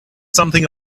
something